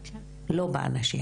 לא באנשים,